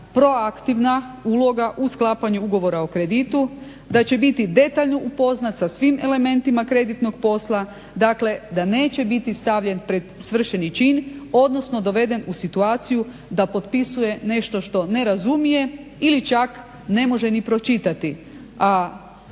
proaktivna uloga u sklapanju ugovora o kreditu, da će biti detaljno upoznat sa svim elementima kreditnog posla. Dakle, da neće biti stavljen pred svršeni čin, odnosno doveden u situaciju da potpisuje nešto što ne razumije ili čak ne može ni pročitati.